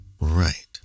Right